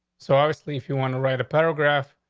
so obviously, if you want to write a paragraph,